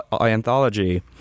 anthology